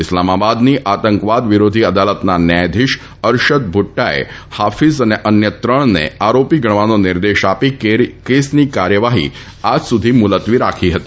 ઈસ્લામાબાદની આતંકવાદ વિરોધી અદાલતના ન્યાયાધીશ અરશદ ભૂદાએ હાફીઝ તથા અન્ય ત્રણને આરોપી ગણવાનો નિર્દેશ આપી કેસની કાર્યવાહી આજ સુધી મુલતવી રાખી હતી